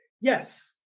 yes